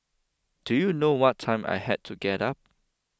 do you know what time I had to get up